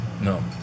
No